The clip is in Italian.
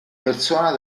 persona